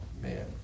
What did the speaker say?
man